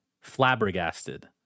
flabbergasted